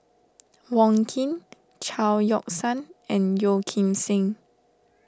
Wong Keen Chao Yoke San and Yeo Kim Seng